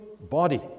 body